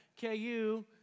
KU